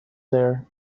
there